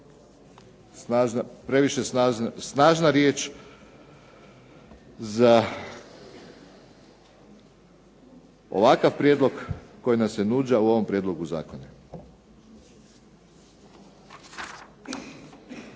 previše snažna riječ za ovakav prijedlog koji nam se nuđa u ovom Prijedlogu zakona.